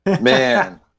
Man